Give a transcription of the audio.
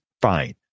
fine